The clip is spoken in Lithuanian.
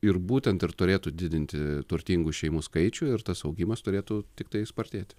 ir būtent ir turėtų didinti turtingų šeimų skaičių ir tas augimas turėtų tiktai spartėti